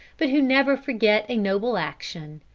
but who never forget a noble action,